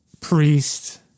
priest